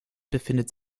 befindet